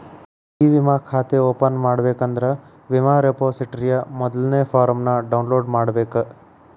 E ವಿಮಾ ಖಾತೆ open ಮಾಡಬೇಕಂದ್ರ ವಿಮಾ ರೆಪೊಸಿಟರಿಯ ಮೊದಲ್ನೇ ಫಾರ್ಮ್ನ ಡೌನ್ಲೋಡ್ ಮಾಡ್ಬೇಕ